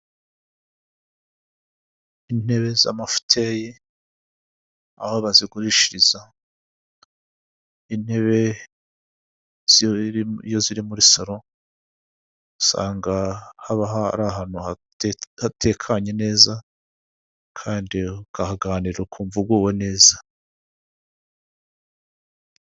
Intebe z'amafuteyi aho bazigurishiriza. Intebe iyo ziri muri salo, usanga haba hari ahantu hatekanye neza kandi ukahaganira, ukumva uguwe neza.